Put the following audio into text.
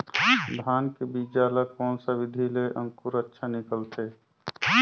धान के बीजा ला कोन सा विधि ले अंकुर अच्छा निकलथे?